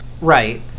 Right